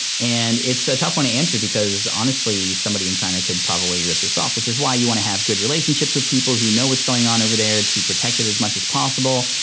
and it's a tough one to answer because honestly, somebody in china could probably rip this off, which is why you wanna have good relationships with people who know what's going on over there to protect it as much as possible.